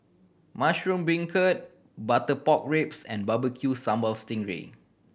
mushroom beancurd butter pork ribs and Barbecue Sambal sting ray